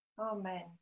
Amen